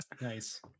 Nice